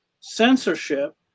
censorship